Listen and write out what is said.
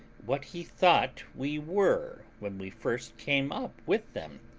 what he thought we were when we first came up with them?